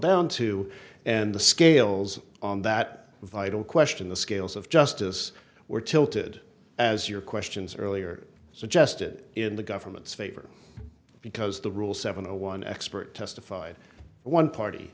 down to and the scales on that vital question the scales of justice were tilted as your questions earlier suggested in the government's favor because the rule seven zero one expert testified one party